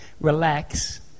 relax